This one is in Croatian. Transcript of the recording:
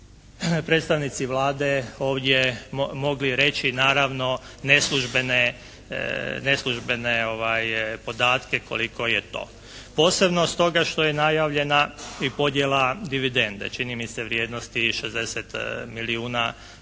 predstavnici Vlade ovdje mogli reći, naravno neslužbene podatke koliko je to, posebno stoga što je najavljena i podjela dividende, čini mi se vrijednosti 60 milijuna kuna